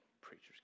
preachers